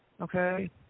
Okay